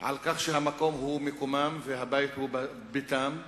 על כך שהמקום הוא מקומם והבית הוא ביתם,